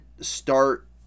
start